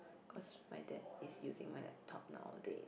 cause my dad is using my laptop nowadays